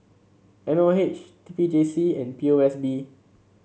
M O H T P J C and P O S B